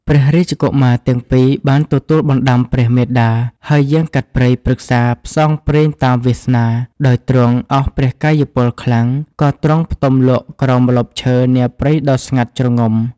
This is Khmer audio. ព្រះរាជកុមារទាំង ២ បានទទួលបណ្តាំព្រះមាតា ហើយយាងកាត់ព្រៃ ព្រឹក្សាផ្សងព្រេងតាមវាសនា ដោយទ្រង់អស់ព្រះកាយពលខ្លាំង ក៏ទ្រង់ផ្ទំលក់ក្រោមម្លប់ឈើ នាព្រៃដ៏ស្ងាត់ ជ្រង់ ។